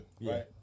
Right